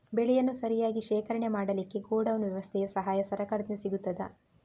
ಬೆಳೆಯನ್ನು ಸರಿಯಾಗಿ ಶೇಖರಣೆ ಮಾಡಲಿಕ್ಕೆ ಗೋಡೌನ್ ವ್ಯವಸ್ಥೆಯ ಸಹಾಯ ಸರಕಾರದಿಂದ ಸಿಗುತ್ತದಾ?